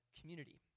community